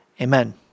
Amen